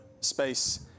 space